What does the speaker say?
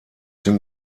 den